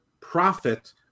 profit